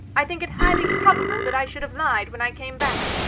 i think it highly probable that i should have lied when i came back.